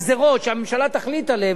הגזירות שהממשלה תחליט עליהן,